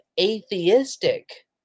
atheistic